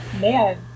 man